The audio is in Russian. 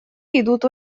идут